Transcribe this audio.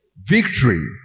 Victory